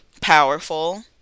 powerful